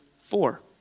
four